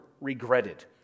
regretted